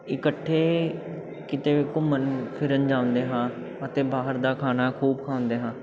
ਇਕੱਠੇ ਕਿਤੇ ਘੁੰਮਣ ਫਿਰਨ ਜਾਂਦੇ ਹਾਂ ਅਤੇ ਬਾਹਰ ਦਾ ਖਾਣਾ ਖੂਬ ਖਾਂਦੇ ਹਾਂ